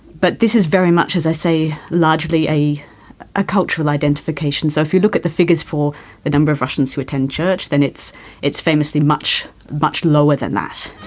but this is very much, as i say, largely a ah cultural identification. so if you look at the figures for the number of russians who attend church, then it's it's famously much, much lower than that.